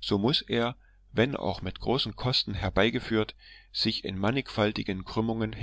so muß er wenn auch mit großen kosten herbeigeführt sich in mannigfaltigen krümmungen